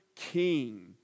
King